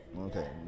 Okay